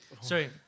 Sorry